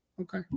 Okay